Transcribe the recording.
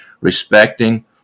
respecting